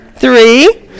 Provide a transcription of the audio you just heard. Three